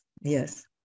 yes